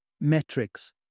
metrics